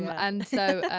and so,